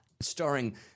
Starring